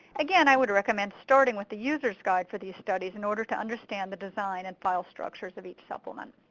again, i would recommend starting with the users guide for these studies in order to understand the design and file structures of each supplement.